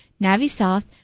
Navisoft